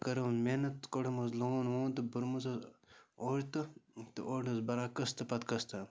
تہٕ کٔرٕم محنت کوٚڑُم حظ لون وون تہٕ بوٚرمَس حظ اوٚڑ تہٕ تہٕ اوٚڑ اوس بَران قٕسطہٕ پَتہٕ قٕسطہٕ